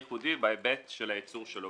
בהיבט של הייצור שלו.